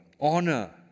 Honor